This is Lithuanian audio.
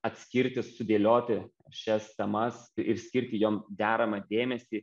atskirti sudėlioti šias temas ir skirti jom deramą dėmesį